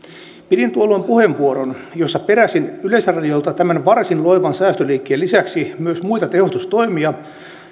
pidin tuolloin puheenvuoron jossa peräsin yleisradiolta tämän varsin loivan säästöliikkeen lisäksi myös muita tehostustoimia